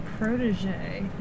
Protege